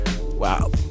Wow